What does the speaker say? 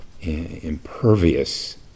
impervious